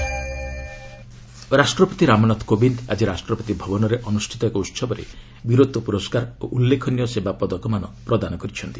ପ୍ରେଜ୍ ଇନ୍ଭେଷ୍ଟିଚର ରାଷ୍ଟ୍ରପତି ରାମନାଥ କୋବିନ୍ଦ ଆଜି ରାଷ୍ଟ୍ରପତି ଭବନରେ ଅନୁଷ୍ଠିତ ଏକ ଉହବରେ ବୀରତ୍ୱ ପୁରସ୍କାର ଓ ଉଲ୍ଲେଖନୀୟ ସେବା ପଦକମାନ ପ୍ରଦାନ କରିଛନ୍ତି